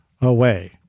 away